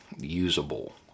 usable